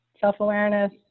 self-awareness